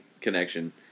connection